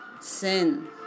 sin